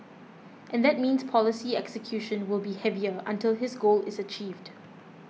and that means policy execution will be heavier until his goal is achieved